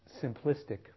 simplistic